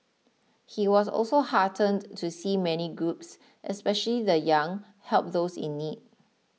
he was also heartened to see many groups especially the Young help those in need